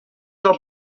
del